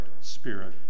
spirit